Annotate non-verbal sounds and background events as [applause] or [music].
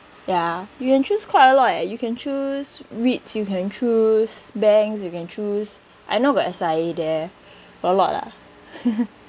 ya you can choose quite a lot eh you can choose reeds you can choose banks you can choose I know got S_I_A there got a lot lah [laughs]